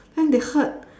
then they heard